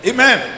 Amen